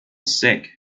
sikh